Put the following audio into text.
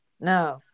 No